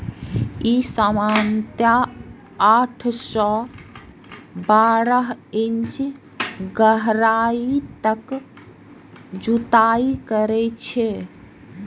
ई सामान्यतः आठ सं बारह इंच गहराइ तक जुताइ करै छै